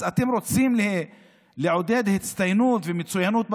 אז אתם רוצים לעודד הצטיינות ומצוינות בספורט?